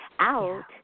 out